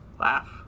laugh